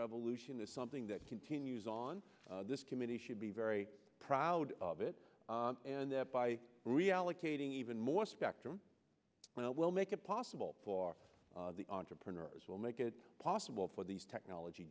revolution is something that continues on this committee should be very proud of it and that by reallocating even more spectrum well will make it possible for the entrepreneurs will make it possible for these technology